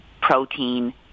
protein